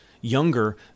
younger